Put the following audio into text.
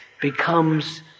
becomes